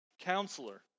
Counselor